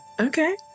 Okay